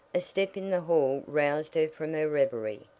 a step in the hall roused her from her reverie.